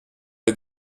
les